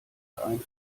ein